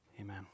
Amen